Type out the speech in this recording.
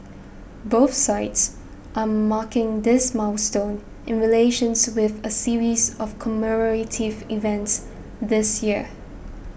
both sides are marking this milestone in relations with a series of commemorative events this year